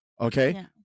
okay